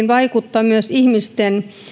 vaikuttaa myös ihmisten